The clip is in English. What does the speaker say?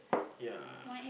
ya